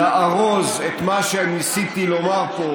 לארוז את מה שניסיתי לומר פה